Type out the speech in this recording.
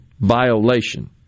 violation